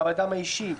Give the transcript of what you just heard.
מעמדם האישי,